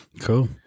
Cool